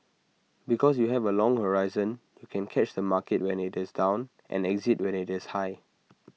because you have A long horizon you can catch the market when its down and exit when it's high